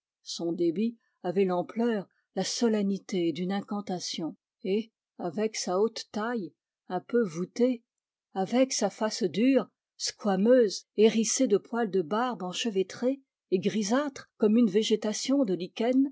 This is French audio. son débit avait l'ampleur la solennité d'une incantation et avec sa haute taille un peu voûtée avec sa face dure squameuse hérissée de poils de barbe enchevêtrés et grisâtres comme une végétation de